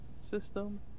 system